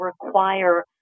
require